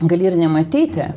gali ir nematyti